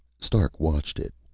stark watched it,